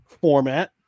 format